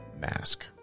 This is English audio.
mask